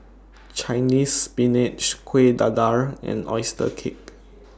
Chinese Spinach Kueh Dadar and Oyster Cake